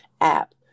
app